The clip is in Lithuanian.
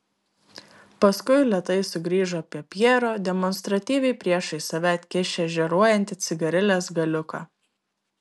paskui lėtai sugrįžo prie pjero demonstratyviai priešais save atkišęs žėruojantį cigarilės galiuką